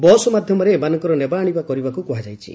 bus ମାଧ୍ୟମରେ ଏମାନଙ୍କର ନେବାଆଣିବା କରିବାକୁ କୁହାଯାଇଛି